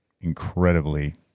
incredibly